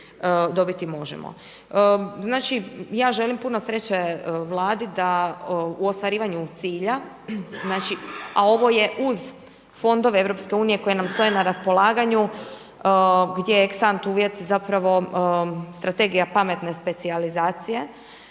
dobiti možemo. Znači, ja želim puno sreće Vladi u ostvarivanju cilja, znači a ovo je uz fondove EU koji nam stoje na raspolaganju gdje je ex ante uvjet zapravo Strategija pametne specijalizacije.